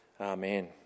Amen